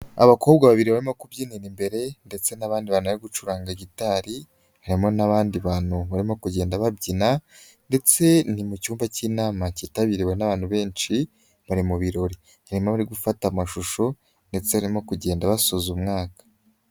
Abakobwa babiri barimo kubyinira imbere ndetse n'abandi banana gucuranga gitari, harimo n'abandi bantu barimo kugenda babyina ndetse ni mu cyumba cy'inama kitabiriwe n'abantu benshi bari mu birori, harimo abari gufata amashusho ndetse barimo kugenda basoza umwaka.